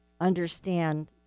understand